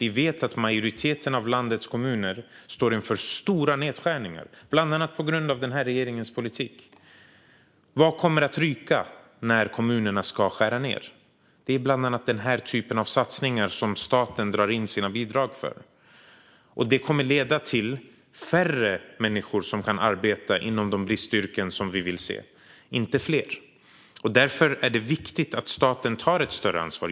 Vi vet att majoriteten av landets kommuner står inför stora nedskärningar, bland annat på grund av denna regerings politik. Vad kommer att ryka när kommunerna ska skära ned? Det är bland annat denna typ av satsningar som staten drar in sina bidrag för, och det kommer att leda till att färre människor kan arbeta inom dessa bristyrken, inte fler. Därför är det viktigt att staten tar ett större ansvar.